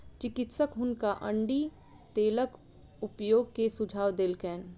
चिकित्सक हुनका अण्डी तेलक उपयोग के सुझाव देलकैन